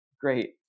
great